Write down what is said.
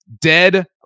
dead